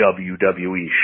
WWE